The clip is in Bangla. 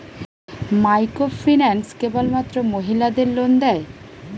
মাইক্রোফিন্যান্স কেবলমাত্র মহিলাদের লোন দেয়?